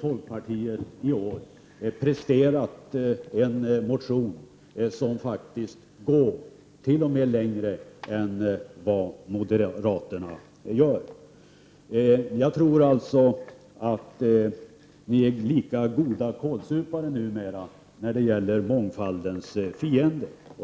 folkpartiet i år presterat en motion, där folkpartiet faktiskt går längre än t.o.m. moderaterna gör. Jag tror således att ni numera är lika goda kålsupare när det gäller att vara mångfaldens fiende.